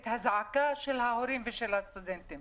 את הזעקה של ההורים ושל הסטודנטים.